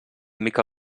mica